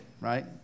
right